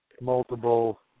multiple